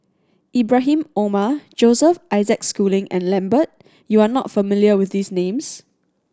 Ibrahim Omar Joseph Isaac Schooling and Lambert you are not familiar with these names